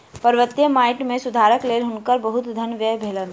पर्वतीय माइट मे सुधारक लेल हुनकर बहुत धन व्यय भेलैन